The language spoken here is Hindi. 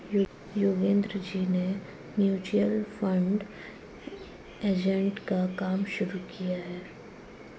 योगेंद्र जी ने म्यूचुअल फंड एजेंट का काम शुरू किया है